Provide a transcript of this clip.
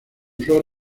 flor